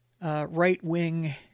right-wing